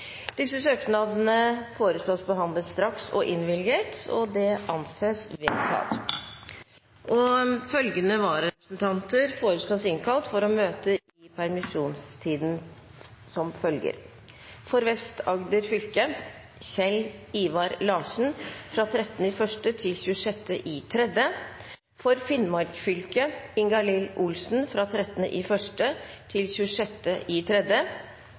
og innvilges. Følgende vararepresentanter innkalles for å møte i permisjonstiden: For Vest-Agder fylke: Kjell Ivar Larsen 13. januar–26. mars For Finnmark fylke: Ingalill Olsen